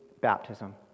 baptism